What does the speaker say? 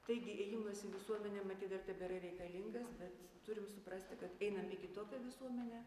taigi ėjimas į visuomenę matyt dar tebėra reikalingas bet turim suprasti kad einame į kitokią visuomenę